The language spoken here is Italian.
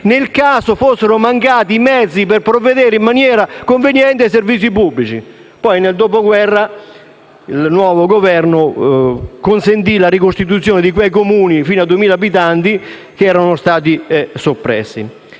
in cui fossero mancati i mezzi per provvedere in maniera conveniente ai servizi pubblici. Poi, nel dopoguerra, il nuovo Governo consentì la ricostruzione dei Comuni fino a 2.000 abitanti che erano stati soppressi.